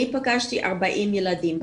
בהתחלה אני פגשתי 40 ילדים.